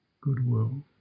goodwill